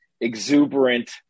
exuberant